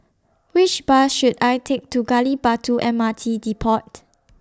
Which Bus should I Take to Gali Batu M R T Depot